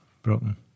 Broken